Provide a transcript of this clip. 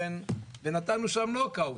ונתנו שם נוקאאוט,